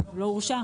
אז הוא לא הורשע.